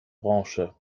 branche